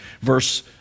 verse